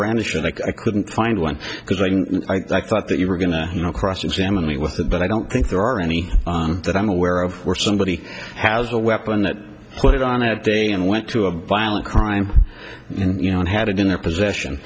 brandish and i couldn't find one because i thought that you were going to cross examine me with that but i don't think there are any that i'm aware of where somebody has a weapon that put it on a day and went to a violent crime you know and had it in a possession